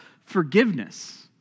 forgiveness